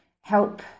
help